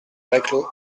reclos